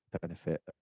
benefit